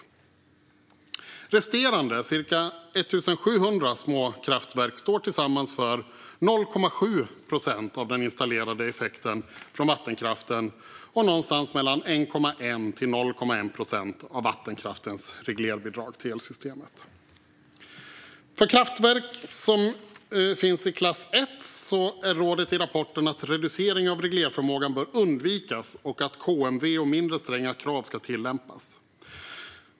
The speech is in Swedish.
Resterande cirka 1 700 små kraftverk står tillsammans för 0,7 procent av den installerade effekten från vattenkraften och någonstans mellan 1,1 och 0,1 procent av vattenkraftens reglerbidrag till elsystemet. För kraftverk i klass 1 är rådet i rapporten att reducering av reglerförmågan bör undvikas och att KMV och mindre stränga krav ska tillämpas.